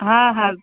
हा हा